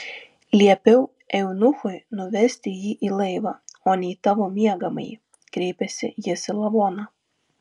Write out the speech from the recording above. liepiau eunuchui nuvesti jį į laivą o ne į tavo miegamąjį kreipėsi jis į lavoną